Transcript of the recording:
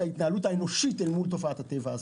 ההתנהלות האנושית מול תופעת הטבע הזו.